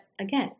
Again